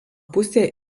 pusė